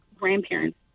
grandparents